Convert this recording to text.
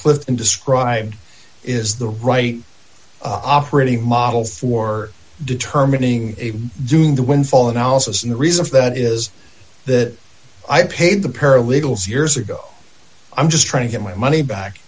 clifton described is the right operating model for determining doing the windfall and i also see the reason for that is that i paid the paralegals years ago i'm just trying to get my money back